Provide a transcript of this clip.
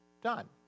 Done